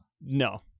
No